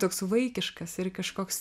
toks vaikiškas ir kažkoks